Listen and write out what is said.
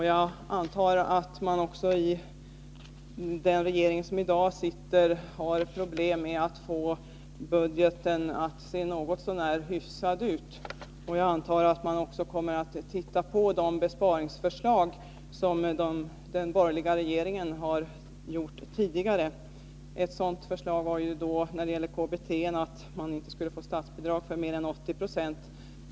Jag antar att man även i den regering som i dag sitter har problem med att få budgeten att se något så när hyfsad ut. Jag antar att man också kommer att titta på de besparingar som den borgerliga regeringen har föreslagit tidigare. Ett sådant förslag var ju att man för KBT inte skulle få statsbidrag för mer än 80 20.